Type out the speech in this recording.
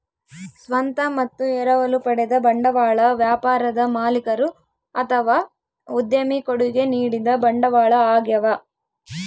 ಸ್ವಂತ ಮತ್ತು ಎರವಲು ಪಡೆದ ಬಂಡವಾಳ ವ್ಯಾಪಾರದ ಮಾಲೀಕರು ಅಥವಾ ಉದ್ಯಮಿ ಕೊಡುಗೆ ನೀಡಿದ ಬಂಡವಾಳ ಆಗ್ಯವ